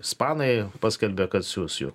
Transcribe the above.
ispanai paskelbė kad siųs jų